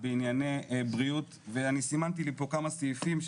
בענייני בריאות ואני סימנתי לי פה כמה סעיפים,